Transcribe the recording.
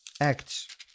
Acts